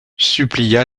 supplia